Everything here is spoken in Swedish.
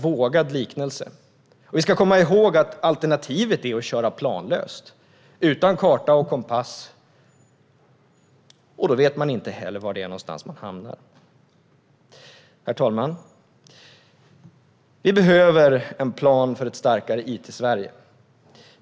Vi ska komma ihåg att alternativet är att köra planlöst utan karta och kompass. Då vet man inte heller var det är någonstans man hamnar. Herr talman! Vi behöver en plan för ett starkare it-Sverige.